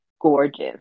gorgeous